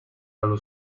allo